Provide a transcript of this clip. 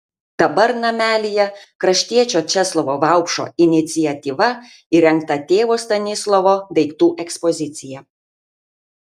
dabar namelyje kraštiečio česlovo vaupšo iniciatyva įrengta tėvo stanislovo daiktų ekspozicija